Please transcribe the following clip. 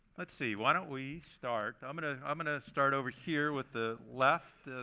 let's see, why don't we start i'm going ah i'm going to start over here with the left.